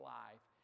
life